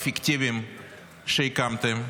הפיקטיביים שהקמתם,